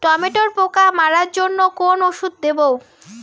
টমেটোর পোকা মারার জন্য কোন ওষুধ দেব?